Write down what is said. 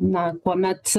na kuomet